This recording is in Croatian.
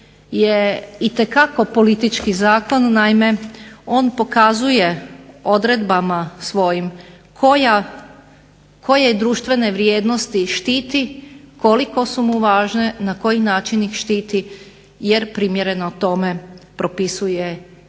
itekako politički zakon, naime on pokazuje odredbama svojim koje društvene vrijednosti štiti, koliko su mu važne, na koji način ih štiti jer primjereno tome propisuje i